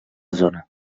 zona